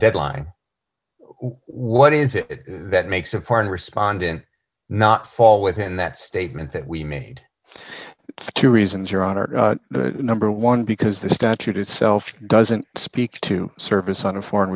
deadline what is it that makes a foreign respond in not fall within that statement that we made two reasons your honor number one because the statute itself doesn't speak to service on a foreign